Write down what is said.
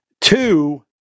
Two